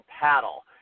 paddle